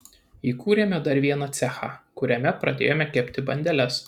įkūrėme dar vieną cechą kuriame pradėjome kepti bandeles